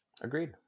Agreed